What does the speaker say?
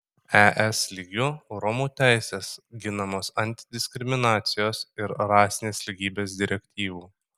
es lygiu romų teisės ginamos antidiskriminacijos ir rasinės lygybės direktyvų